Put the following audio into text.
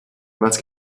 was